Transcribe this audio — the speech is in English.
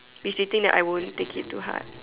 mistaking that I won't take it to heart